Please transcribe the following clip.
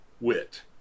wit